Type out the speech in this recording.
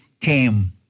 came